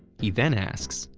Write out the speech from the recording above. he then asks,